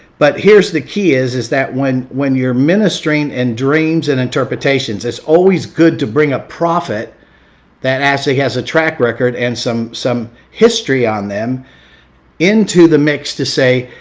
but here's the key is, is that when when you're ministering and dreams and interpretations, it's always good to bring a prophet that actually has a track record and some some history on them into the mix to say,